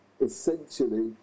essentially